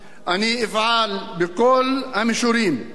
אני אפעל בכל המישורים,